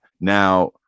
Now